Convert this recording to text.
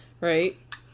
right